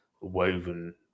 Woven